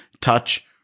touch